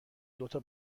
دوتا